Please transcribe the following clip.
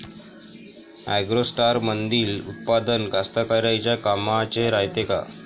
ॲग्रोस्टारमंदील उत्पादन कास्तकाराइच्या कामाचे रायते का?